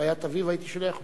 להלוויית אביו, הייתי שולח אותך,